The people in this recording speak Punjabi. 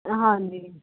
ਹਾਂਜੀ